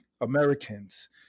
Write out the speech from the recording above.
Americans